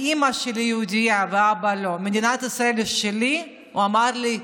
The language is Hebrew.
הוא אמר לי: